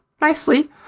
nicely